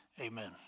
Amen